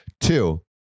Two